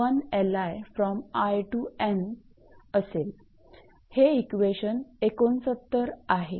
हे इक्वेशन 69 आहे